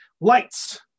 Lights